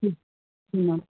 जी जी मैम